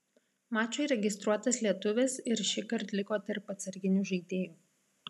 mačui registruotas lietuvis ir šįkart liko tarp atsarginių žaidėjų